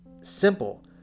Simple